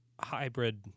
hybrid